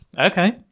Okay